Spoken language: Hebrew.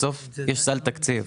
בסוף יש סל תקציב.